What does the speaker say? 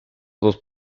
dos